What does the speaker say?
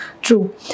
True